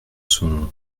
sont